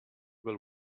will